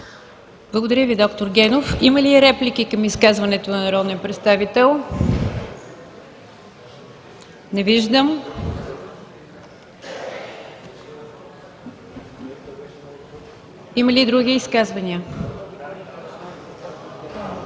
Благодаря, доктор Генов. Има ли реплики към изказването на народния представител? Не виждам. Има ли други изказвания?